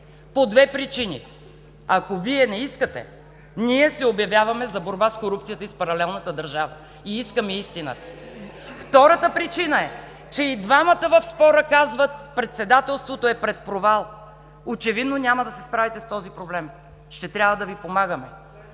По две причини! Ако Вие не искате, ние се обявяваме за борба с корупцията и с паралелната държава и искаме истината. (Викове от ГЕРБ: „Еее!“.) Втората причина е, че и двамата в спора казват: „Председателството е пред провал!“. Очевидно, няма да се справите с този проблем, ще трябва да Ви помагаме.